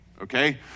okay